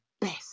best